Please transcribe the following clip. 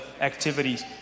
activities